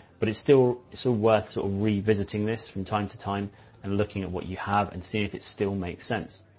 but it's still so worth, sort of revisiting this from time to time and looking at what you have and seeing if it still makes sense.